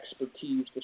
expertise